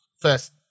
First